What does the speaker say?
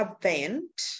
event